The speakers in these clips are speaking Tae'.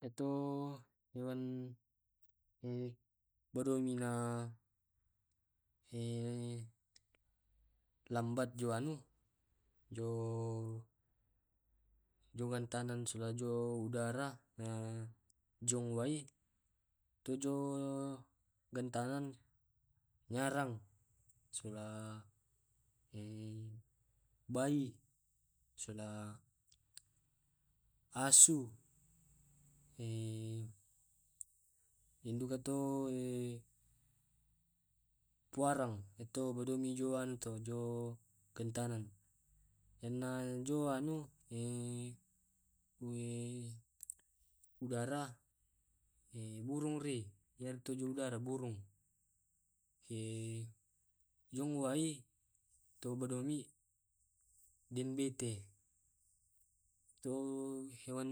Yamto hewan boromina lambat jo anu jo jo bantangan sola jo udara jong wai to jo gantalan nyarang, sola bai, sola asu, den duka tu puarang e to mi beddo jo anu to jo gatalan ena jo anu udara burung ri, iyartu jo udarah burung, jong wai to bodomi den bete yato hewan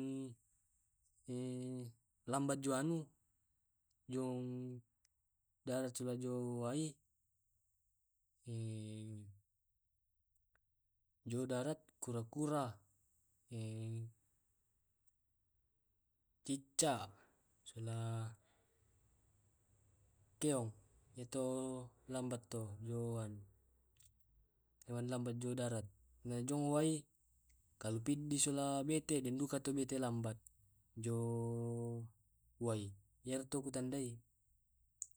lambat jo anu jong darat sola jo wai jo darat eh kura kura, cicak, sola keong. Yamto lambat to jo anu hewan lambat jo darat na jong wai kalopidi sola bete denduka to bete lambat jo wai lambat yamto kutandai.